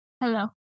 Hello